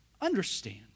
Understand